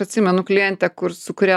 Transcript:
atsimenu klientę kur su kuria